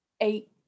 eight